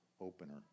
opener